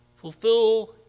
fulfill